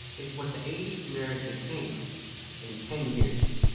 is what the eighty s nerd became in ten years